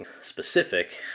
specific